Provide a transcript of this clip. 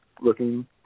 looking